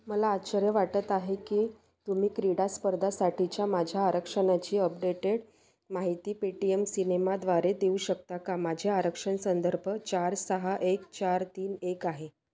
मला आश्चर्य वाटत आहे की तुम्ही क्रीडा स्पर्धासाठीच्या माझ्या आरक्षणाची अपडेटेड माहिती पेटीएम सिनेमाद्वारे देऊ शकता का माझ्या आरक्षण संदर्भ चार सहा एक चार तीन एक आहे